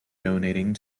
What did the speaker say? donating